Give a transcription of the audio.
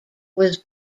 was